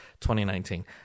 2019